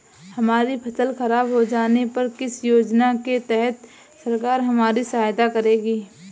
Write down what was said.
हमारी फसल खराब हो जाने पर किस योजना के तहत सरकार हमारी सहायता करेगी?